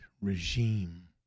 regime